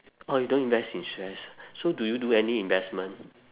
orh you don't invest in shares so do you do any investment